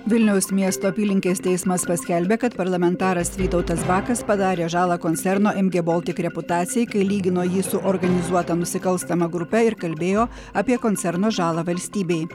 vilniaus miesto apylinkės teismas paskelbė kad parlamentaras vytautas bakas padarė žalą koncerno mg baltic reputacijai kai lygino jį su organizuota nusikalstama grupe ir kalbėjo apie koncerno žalą valstybei